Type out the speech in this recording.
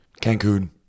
Cancun